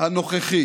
הנוכחי